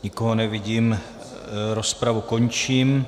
Nikoho nevidím, rozpravu končím.